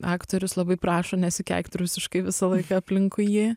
aktorius labai prašo nesikeikti rusiškai visą laiką aplinkui jį